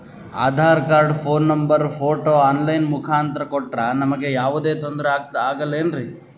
Aadhaar card, phone number, photo online ಮುಖಾಂತ್ರ ಕೊಟ್ರ ನಮಗೆ ಯಾವುದೇ ತೊಂದ್ರೆ ಆಗಲೇನ್ರಿ?